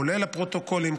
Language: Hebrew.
כולל הפרוטוקולים,